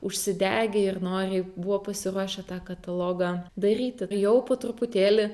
užsidegę ir noriai buvo pasiruošę tą katalogą daryti jau po truputėlį